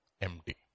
empty